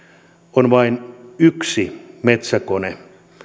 on vain yksi metsäkone